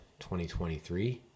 2023